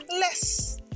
less